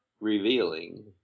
revealing